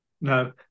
No